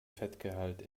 fettgehalt